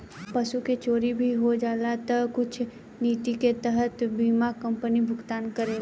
पशु के चोरी भी हो जाला तऽ कुछ निति के तहत बीमा कंपनी भुगतान करेला